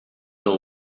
know